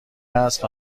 هست